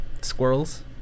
squirrels